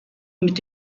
mit